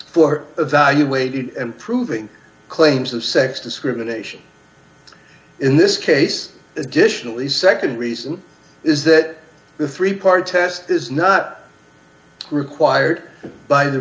for evaluate and proving claims of sex discrimination in this case additionally nd reason is that the three part test is not required by the